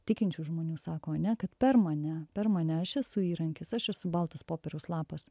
tikinčių žmonių sako ane kad per mane per mane aš esu įrankis aš esu baltas popieriaus lapas